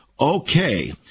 Okay